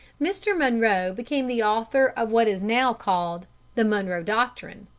mr. monroe became the author of what is now called the monroe doctrine,